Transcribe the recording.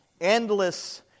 endless